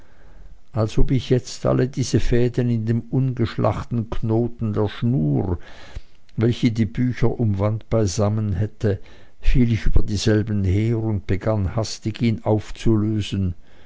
als ob ich jetzt alle diese fäden in dem ungeschlachten knoten der schnur welche die bücher umwand beisammen hätte fiel ich über denselben her und begann hastig ihn aufzulösen